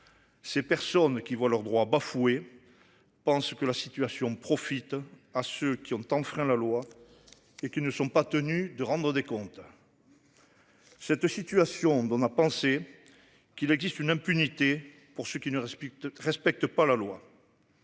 Ces personnes qui voient leurs droits bafoués. Pensent que la situation profite à ceux qui ont enfreint la loi. Et qui ne sont pas tenus de rendre des comptes. Cette situation donne à penser qu'il existe une impunité pour ceux qui ne respectent respectent